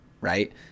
right